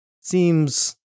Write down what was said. seems